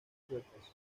suecas